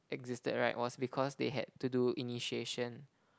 existed right was because they had to do initiation